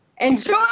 Enjoy